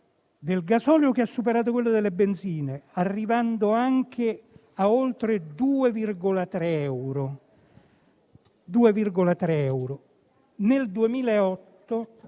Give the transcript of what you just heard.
del gasolio ha superato quello delle benzine, arrivando a oltre 2,3 euro al litro, nel 2008